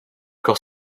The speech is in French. cor